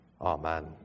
amen